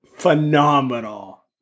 phenomenal